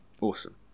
Awesome